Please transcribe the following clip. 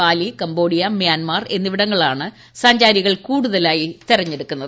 Bali Cambodia Myanmar എന്നിവിടങ്ങളാണ് സഞ്ചാരികൾ കൂടുതലായി തെരഞ്ഞെടുക്കുന്നത്